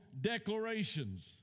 declarations